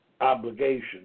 obligation